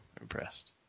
impressed